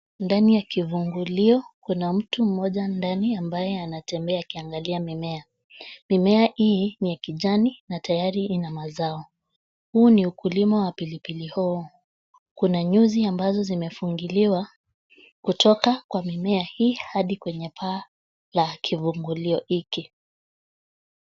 Ndani ya kivungulio, kuna mtu mmoja ndani ambaye anatembea akiangalia mimea. Mimea hii ni ya kijani na tayari ina mazao. Huu ni ukulima wa pilipili hoho. Kuna nyuzi ambazo zimefungiliwa kutoka kwa mimea hii hadi kwenye paa la kivungulio hiki.